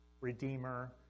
Redeemer